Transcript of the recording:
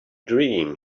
dream